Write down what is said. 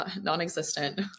non-existent